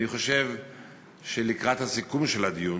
ואני חושב שלקראת הסיכום של הדיון